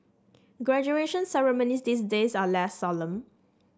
graduation ceremonies these days are less solemn